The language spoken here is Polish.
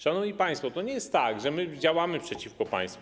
Szanowni państwo, to nie jest tak, że my działamy przeciwko państwu.